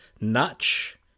notch